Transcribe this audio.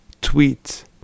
tweet